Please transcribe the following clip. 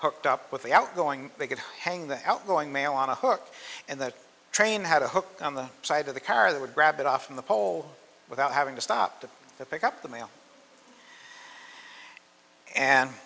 hooked up with the outgoing they could hang the outgoing mail on a hook and the train had a hook on the side of the car that would grab it off from the pole without having to stop to pick up the mail and